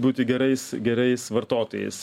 būti gerais gerais vartotojais